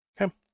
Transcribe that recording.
Okay